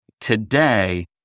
today